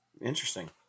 Interesting